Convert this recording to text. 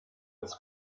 its